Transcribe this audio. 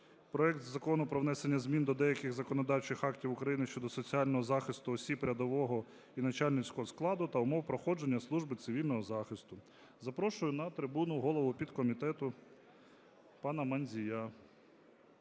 проект Закону про внесення змін до деяких законодавчих актів України щодо соціального захисту осіб рядового і начальницького складу та умов проходження служби цивільного захисту. Запрошую на трибуну голову підкомітету пана Мандзія